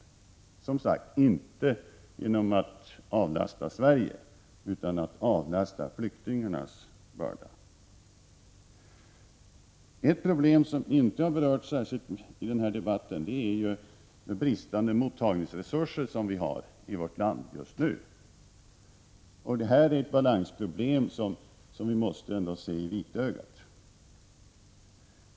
Det handlar som sagt inte om att avlasta Sverige utan om att avlasta flyktingarna deras börda. Ett problem som inte berörts i denna debatt är de bristande mottagningsresurserna i vårt land just nu. Det är ett problem som vi måste se i vitögat.